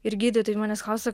ir gydytojai manęs klausia